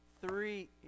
Three